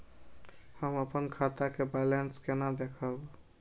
हम अपन खाता के बैलेंस केना देखब?